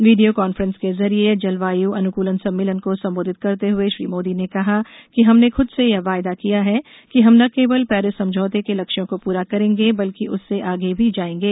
video conference के जरिए जलवायु अनुकूलन सम्मेलन को सम्बोधित करते हुए श्री मोदी ने कहा कि हमने खुद से यह वायदा किया है कि हम न केवल पेरिस समझौते के लक्ष्यों को पूरा करेंगे बल्कि उससे आगे भी जाएंगे